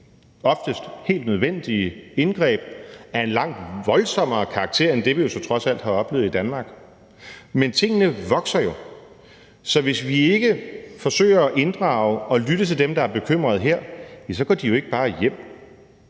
oftest helt nødvendige indgreb af en langt voldsommere karakter end det, vi jo så trods alt har oplevet i Danmark, men tingene vokser jo. Så hvis vi ikke forsøger at inddrage og lytte til dem, der er bekymrede her, ja, så går de jo ikke bare hjem